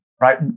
right